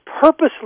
purposely